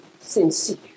sincere